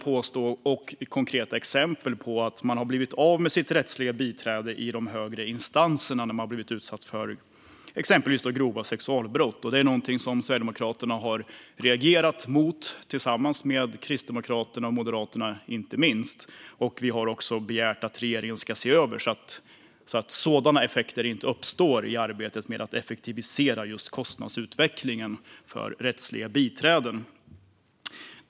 Det finns konkreta exempel på att man har blivit av med sitt rättsliga biträde i de högre instanserna när man blivit utsatt för exempelvis grova sexualbrott. Det är något som Sverigedemokraterna tillsammans med inte minst Kristdemokraterna och Moderaterna har reagerat mot. Vi har också begärt att regeringen ska se över att sådana effekter inte uppstår i arbetet med att effektivisera kostnadsutvecklingen när det gäller rättsliga biträden.